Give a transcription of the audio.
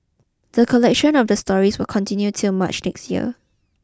the collection of the stories will continue till March next year